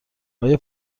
آیا